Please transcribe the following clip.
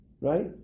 right